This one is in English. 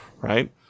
right